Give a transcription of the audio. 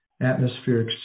atmospheric